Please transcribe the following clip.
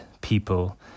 people